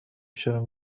شروع